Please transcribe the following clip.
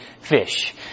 fish